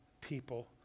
people